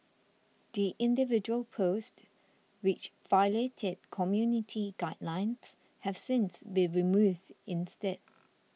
the individual posts which violated community guidelines have since been removed instead